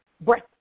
breath